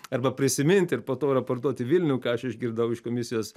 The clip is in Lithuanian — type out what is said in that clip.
arba prisiminti ir po to raportuot į vilnių ką aš išgirdau iš komisijos